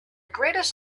greatest